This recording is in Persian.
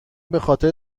بخاطر